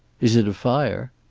is it a fire?